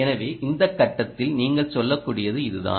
எனவே இந்த கட்டத்தில் நீங்கள் சொல்லக்கூடியது இதுதான்